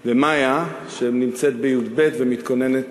ומאיה, שנמצאת בי"ב ומתכוננת